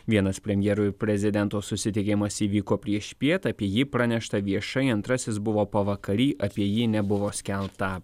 vienas premjero ir prezidento susitikimas įvyko priešpiet apie jį pranešta viešai antrasis buvo pavakary apie jį nebuvo skelbta